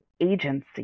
agency